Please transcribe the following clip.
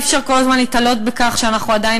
אי-אפשר כל הזמן להיתלות בכך שאנחנו עדיין